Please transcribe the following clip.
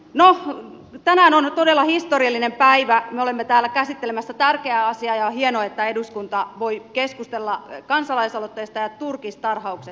no tänään on todella historiallinen päivä me olemme täällä käsittelemässä tärkeää asiaa ja on hienoa että eduskunta voi keskustella kansalaisaloitteesta ja turkistarhauksesta